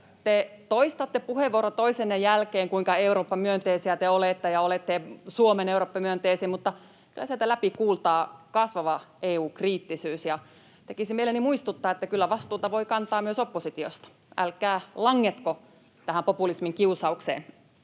Te toistatte puheenvuoro toisensa jälkeen, kuinka Eurooppa-myönteisiä te olette ja kuinka olette Suomen Eurooppa-myönteisin, mutta kyllä sieltä läpi kuultaa kasvava EU-kriittisyys, ja tekisi mieleni muistuttaa, että kyllä vastuuta voi kantaa myös oppositiosta. Älkää langetko tähän populismin kiusaukseen.